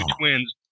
twins